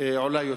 עולה יותר,